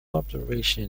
observation